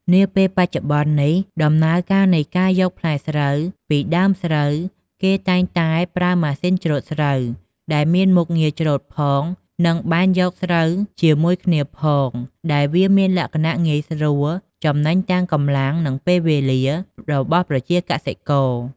នាពេលបច្ចុប្បន្ននេះ ដំណើរការនៃការយកផ្លែស្រូវចេញពីដើមស្រូវ គេតែងតែប្រើប្រម៉ាស៊ីនច្រូតស្រូវដែលមានមុខងារច្រូតផងនិងបែនយកស្រូវជាមួយគ្នាផង ដែលវាមានលក្ខណៈងាយស្រួលចំណេញទាំងកម្លាំងនិងពេលវេលារបស់ប្រជាកសិករ។